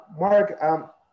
Mark